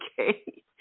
Okay